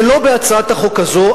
זה לא בהצעת החוק הזו,